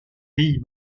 pays